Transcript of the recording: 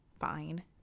fine